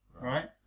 right